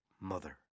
Mother